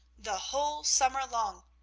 the whole summer long,